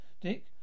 Dick